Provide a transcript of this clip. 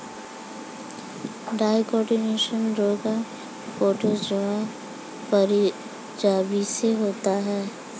trichodinosis रोग protozoa परजीवी से होता है